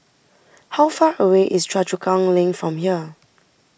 how far away is Choa Chu Kang Link from here